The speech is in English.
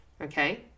Okay